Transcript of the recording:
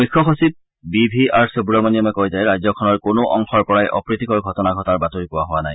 মুখ্য সচিব B V R সুৱামণিয়মে কয় যে ৰাজ্যখনৰ কোনো অংশৰ পৰাই অপ্ৰীতিকৰ ঘটনা ঘটাৰ বাতৰি পোৱা হোৱা নাই